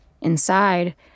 Inside